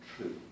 true